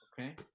Okay